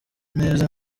neza